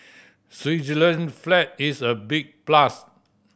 Switzerland flag is a big plus